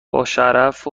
باشرف